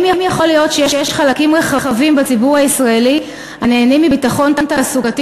האם יכול להיות שיש חלקים רחבים בציבור הישראלי הנהנים מביטחון תעסוקה